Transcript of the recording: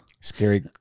Scary